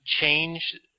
change